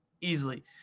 easily